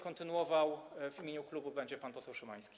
Kontynuował w imieniu klubu będzie pan poseł Szymański.